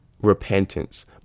repentance